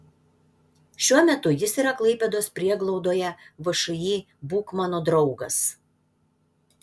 šiuo metu jis yra klaipėdos prieglaudoje všį būk mano draugas